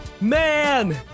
Man